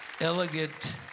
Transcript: elegant